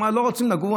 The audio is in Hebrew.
ואמרה שלא רוצים לגור,